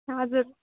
हजुर